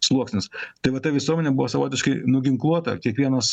sluoksnis tai va ta visuomenė buvo savotiškai nuginkluota kiekvienas